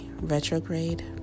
Retrograde